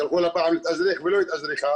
שלחו לה פעם להתאזרח ולא התאזרחה,